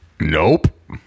nope